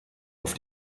auf